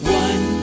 one